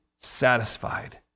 satisfied